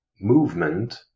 movement